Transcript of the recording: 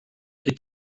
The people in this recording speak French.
est